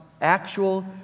actual